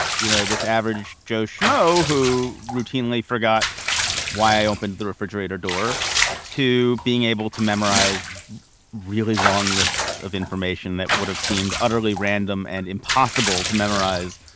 you know, this average joe schmo who routinely forgot why i opened the refrigerator door to being able to memorize really long lists of information that would have seemed utterly random and impossible to memorize.